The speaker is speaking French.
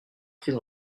pris